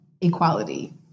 equality